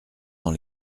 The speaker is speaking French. dans